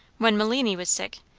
when meliny was sick,